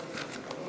של